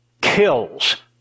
kills